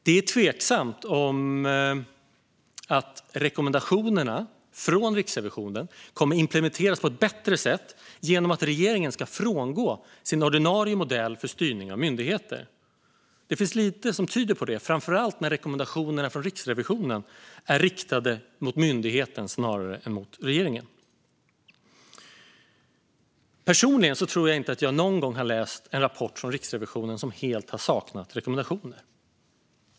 Det är tveksamt om rekommendationerna från Riksrevisionen kommer att implementeras på ett bättre sätt genom att regeringen ska frångå sin ordinarie modell för styrning av myndigheter. Det finns lite som tyder på det, framför allt när rekommendationerna från Riksrevisionen är riktade mot myndigheten snarare än mot regeringen. Personligen tror jag inte att jag någonsin har läst en rapport från Riksrevisionen som helt har saknat rekommendationer.